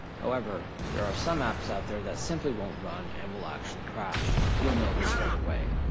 however, there are some apps out there that simply won't run, and will actually crash, you'll know this right away.